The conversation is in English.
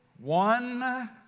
One